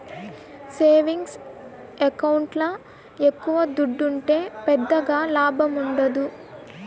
savings ఎకౌంట్ల ఎక్కవ దుడ్డుంటే పెద్దగా లాభముండదు